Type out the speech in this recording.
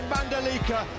Mandalika